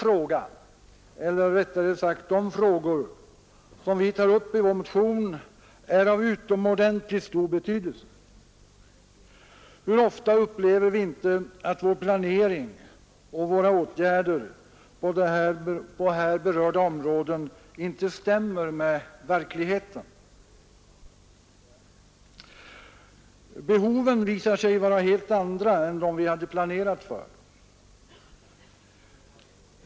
Själv anser jag att de frågor som vi tar upp i vår motion är av utomordentligt stor betydelse. Hur ofta upplever vi inte att vår planering och våra åtgärder på här berörda områden inte stämmer med verkligheten! Behoven visar sig vara helt andra än de vi hade planerat för.